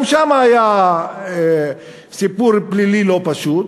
גם שם היה סיפור פלילי לא פשוט,